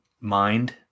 mind